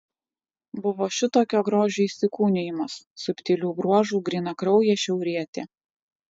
buvo šitokio grožio įsikūnijimas subtilių bruožų grynakraujė šiaurietė